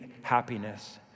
happiness